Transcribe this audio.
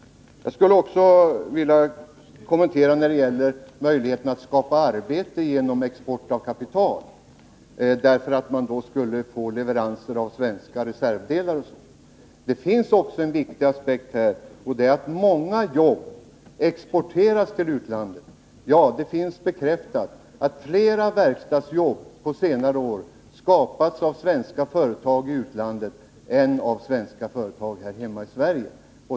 Jag skulle också vilja framföra en kommentar när det gäller möjligheterna att skapa arbete genom export av kapital — man skulle då få leverera svenska reservdelar m.m. Det finns en annan viktig aspekt här, nämligen att många jobb exporteras till utlandet. Ja, det finns bekräftat att flera verkstadsjobb på senare år har skapats av svenska företag i utlandet än av svenska företag här hemma i Sverige.